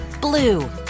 blue